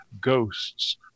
ghosts